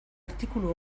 artikulu